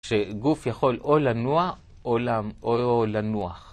שגוף יכול או לנוע, או לנוח.